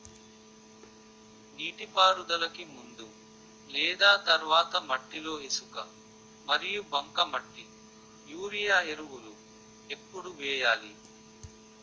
నీటిపారుదలకి ముందు లేదా తర్వాత మట్టిలో ఇసుక మరియు బంకమట్టి యూరియా ఎరువులు ఎప్పుడు వేయాలి?